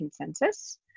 consensus